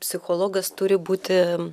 psichologas turi būti